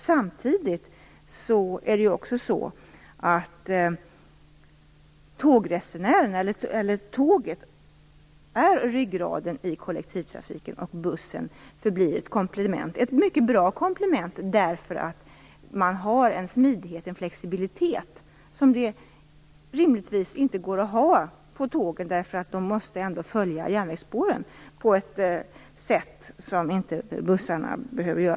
Samtidigt är det också så att tåget är ryggraden i kollektivtrafiken, och att bussen förblir ett komplement. Bussen är ett mycket bra komplement, eftersom den har en smidighet, en flexibilitet, som det rimligtvis inte går att ha i fråga om tåg. Tågen måste ju följa järnvägsspåren, något som inte bussarna behöver göra.